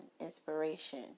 inspiration